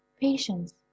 Patience